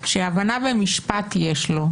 שהבנה במשפט יש לו,